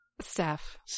Steph